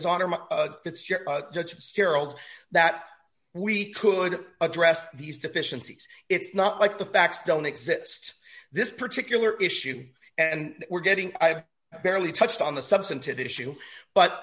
your judge gerald that we could address these deficiencies it's not like the facts don't exist this particular issue and we're getting barely touched on the substantive issue but